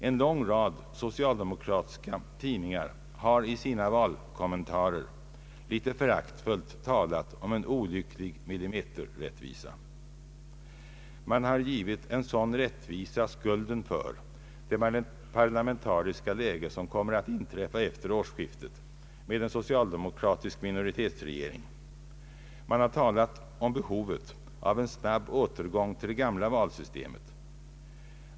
En lång rad socialdemokratiska tidningar har i sina valkommentarer litet föraktfullt talat om en olycklig millimeterrättvisa. Man har givit en sådan rättvisa skulden för det parlamentariska läge som kommer att inträffa efter årsskiftet, med en socialdemokratisk minoritetsregering. Man har talat om behovet av en snabb återgång till det gamla valsystemet.